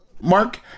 Mark